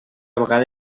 vegada